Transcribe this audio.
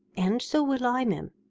and so will i, mem.